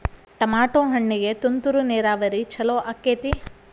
Tomato ಹಣ್ಣಿಗೆ ತುಂತುರು ನೇರಾವರಿ ಛಲೋ ಆಕ್ಕೆತಿ?